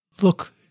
look